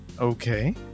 Okay